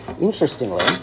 interestingly